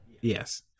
Yes